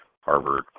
Harvard